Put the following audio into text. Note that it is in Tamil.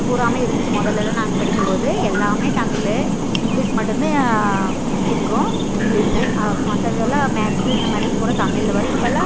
பூராமே இருந்துச்சு முதலேல்லாம் நாங்கள் படிக்கும் போது எல்லாமே தமிழ் இங்லீஷு மட்டும்தான் இருக்கும் இங்லீஷு அப்போ மற்றதெல்லாம் மேக்ஸ்ஸு இந்தமாதிரி பூரா தமிழில் வரும் இப்போலாம்